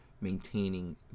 maintaining